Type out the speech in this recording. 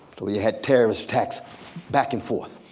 so you had terrorist attacks back and forth,